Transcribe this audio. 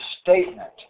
statement